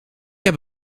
heb